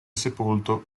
sepolto